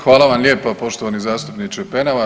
Hvala vam lijepa poštovani zastupniče Penava.